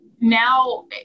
now